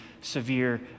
severe